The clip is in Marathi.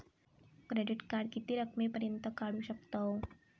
क्रेडिट कार्ड किती रकमेपर्यंत काढू शकतव?